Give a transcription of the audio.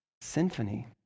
symphony